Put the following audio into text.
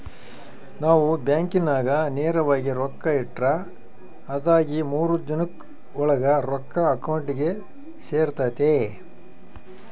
ನಾವು ಬ್ಯಾಂಕಿನಾಗ ನೇರವಾಗಿ ರೊಕ್ಕ ಇಟ್ರ ಅದಾಗಿ ಮೂರು ದಿನುದ್ ಓಳಾಗ ರೊಕ್ಕ ಅಕೌಂಟಿಗೆ ಸೇರ್ತತೆ